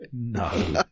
No